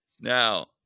Now